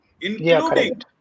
including